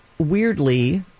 Weirdly